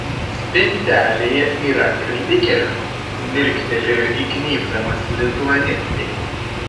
spintelėje yra ir likerio mirktelėjo įgnybdamas lituanistei